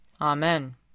Amen